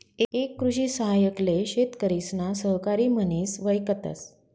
एक कृषि सहाय्यक ले शेतकरिसना सहकारी म्हनिस वयकतस